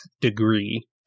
degree